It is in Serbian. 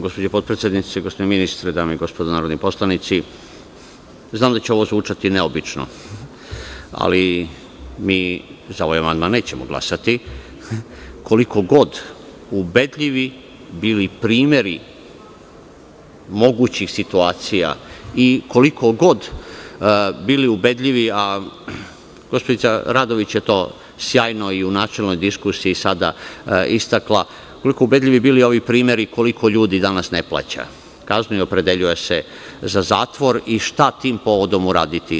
Gospođo potpredsednice, gospodine ministre, dame i gospodo narodni poslanici, znam da će ovo zvučati neobično, ali mi za ovaj amandman nećemo glasati, koliko god ubedljivi bili primeri mogućih situacija i koliko god bili ubedljivi, a gospođica Radović je to sjajno i u načelnoj diskusiji i sada istakla, koliko ubedljivi bili ovi primeri koliko ljudi danas ne plaća kaznu i opredeljuje se za zatvor i šta tim povodom uraditi.